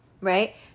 right